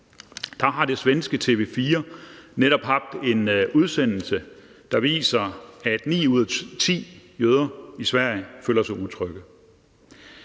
Der har det svenske TV 4 netop haft en udsendelse, der viser, at ni ud af ti jøder i Sverige føler sig utrygge,